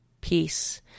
peace